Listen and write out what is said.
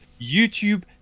YouTube